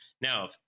Now